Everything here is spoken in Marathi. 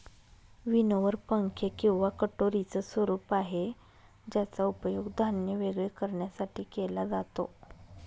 विनोवर पंखे किंवा कटोरीच स्वरूप आहे ज्याचा उपयोग धान्य वेगळे करण्यासाठी केला जातो